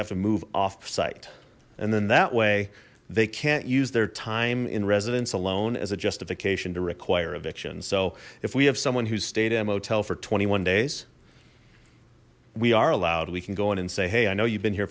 have to move off site and then that way they can't use their time in residence alone as a justification to require eviction so if we have someone who's stay to a motel for twenty one days we are allowed we can go in and say hey i know you've been here